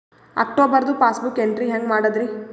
ಅಕ್ಟೋಬರ್ದು passbook entry ಹೆಂಗ್ ಮಾಡದ್ರಿ?